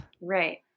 Right